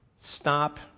stop